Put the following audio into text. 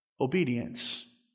Obedience